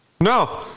No